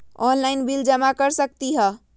Online bill जमा कर सकती ह?